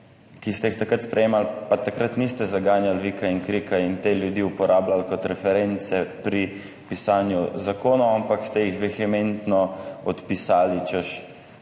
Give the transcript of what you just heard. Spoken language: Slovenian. ki ste jih takrat sprejemali, pa takrat niste zaganjali vika in krika in te ljudi uporabljali kot reference pri pisanju zakonov, ampak ste jih vehementno odpisali, češ,